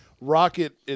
rocket